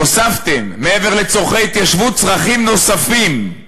הוספתם, מעבר לצורכי התיישבות, צרכים נוספים.